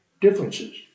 differences